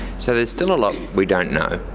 so there's still a lot we don't know.